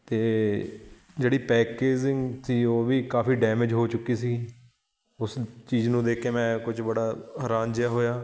ਅਤੇ ਜਿਹੜੀ ਪੈਕੇਜਿੰਗ ਸੀ ਉਹ ਵੀ ਕਾਫੀ ਡੈਮੇਜ ਹੋ ਚੁੱਕੀ ਸੀ ਉਸ ਚੀਜ਼ ਨੂੰ ਦੇਖ ਕੇ ਮੈਂ ਕੁਝ ਬੜਾ ਹੈਰਾਨ ਜਿਹਾ ਹੋਇਆ